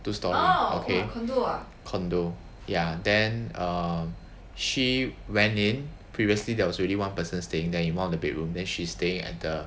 two storey okay condo ya then err she went in previously there was already one person staying there in one of the bedroom then she stay at the